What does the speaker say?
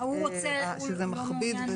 שזה מכביד.